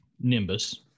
Nimbus